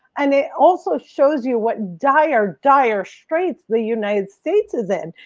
and it also shows you what dire, dire straights the united states is in.